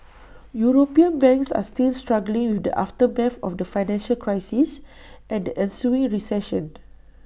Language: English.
european banks are still struggling with the aftermath of the financial crisis and the ensuing recession